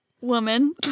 Woman